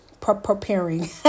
Preparing